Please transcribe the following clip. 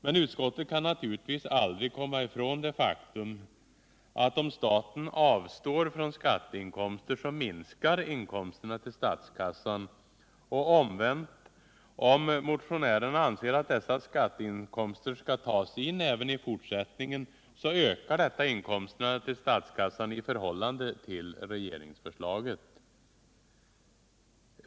Men utskottet kan naturligtvis aldrig komma ifrån det faktum att om staten avstår från skatteinkomster, så minskar inkomsterna till statskassan. Och omvänt: om motionärerna anser att dessa skatteinkomster skall tas in även i fortsättningen, så ökar detta inkomsterna till statskassan i förhållande till regeringsförslaget.